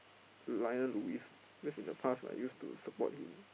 Lionel-Lewis cause in the past I used to support him